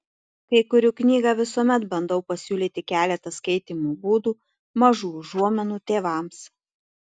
kai kuriu knygą visuomet bandau pasiūlyti keletą skaitymo būdų mažų užuominų tėvams